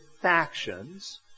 factions